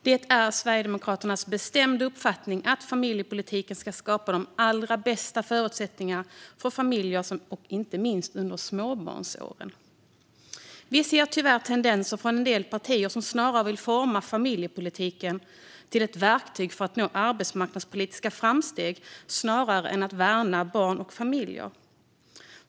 Det är Sverigedemokraternas bestämda uppfattning att familjepolitiken ska skapa de allra bästa förutsättningarna för familjer, inte minst under småbarnsåren. Vi ser tyvärr tendenser från en del partier som vill forma familjepolitiken till ett verktyg för att nå arbetsmarknadspolitiska framsteg snarare än att värna barn och familjer.